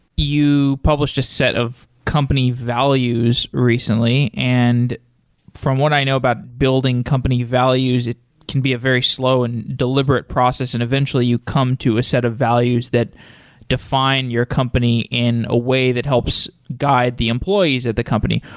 you published a set of company values recently, and from what i know about building company values, it can be a very slow and deliberate process and eventually you come to a set of values that define your company in a way that helps guide the employees of the company.